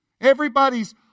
Everybody's